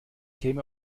käme